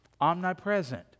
omnipresent